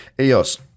EOS